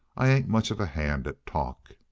i ain't much of a hand at talk!